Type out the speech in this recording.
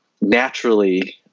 naturally